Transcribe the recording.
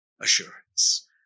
assurance